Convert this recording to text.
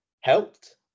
helped